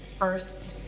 first's